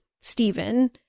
Stephen